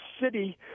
city